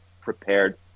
prepared